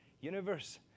universe